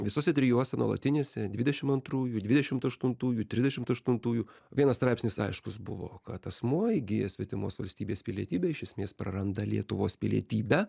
visose trijuose nuolatinėse dvidešim antrųjų dvidešimt aštuntųjų trisdešimt aštuntųjų vienas straipsnis aiškus buvo kad asmuo įgijęs svetimos valstybės pilietybę iš esmės praranda lietuvos pilietybę